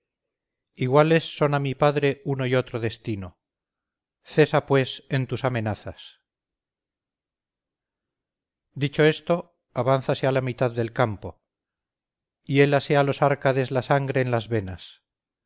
iguales son a mi padre uno u otro destino cesa pues en tus amenazas dicho esto avánzase a la mitad del campo hiélase a los árcades la sangre en las venas